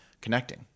connecting